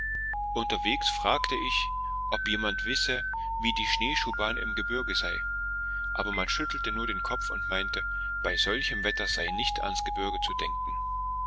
unterwegs fragte ich ob jemand wisse wie die schneeschuhbahn im gebirge sei aber man schüttelte nur den kopf und meinte bei solchem wetter sei nicht ans gebirge zu denken